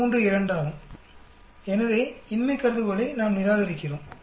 32 ஆகும் எனவே இன்மை கருதுகோளை நாம் நிராகரிக்கிறோம்